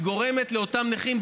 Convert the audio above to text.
היא גורמת לאותם נכים,